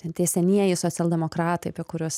ten tie senieji socialdemokratai apie kuriuos